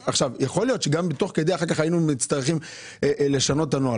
יכול להיות שגם תוך כדי אחר כך היינו צריכים לשנות את הנוהל